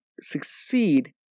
succeed